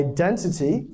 Identity